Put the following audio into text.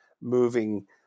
moving